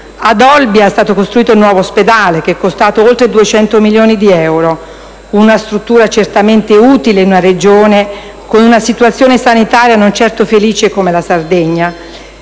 Ad Olbia è stato costruito un nuovo ospedale che è costato oltre 200 milioni di euro. Una struttura certamente utile in una Regione con una situazione sanitaria non certo felice come la Sardegna,